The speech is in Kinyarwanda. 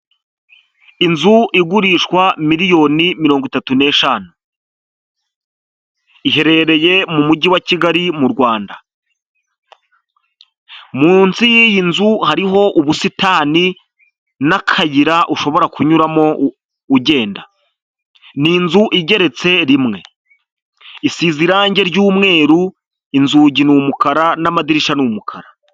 Inzu igurishwa miliyoni mironyo itatu n'eshanu. Iherereye mu mujyi wa Kigali, mu Rwanda. Munsi y'iyi nzu hariho ubusitani n'akayira ushobora kunyuramo ugenda. Ni inzu igeretse rimwe. Isize irange ry'umweru, inzugi ni umukara n'amadirisha ni umukara.